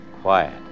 quiet